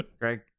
Greg